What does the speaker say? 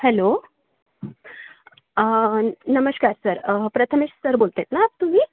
hello नमस्कार sir Prathamesh sir बोलताहेत ना तुम्ही